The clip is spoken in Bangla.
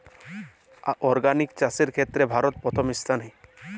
অর্গানিক চাষের ক্ষেত্রে ভারত প্রথম স্থানে